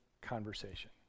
conversation